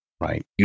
Right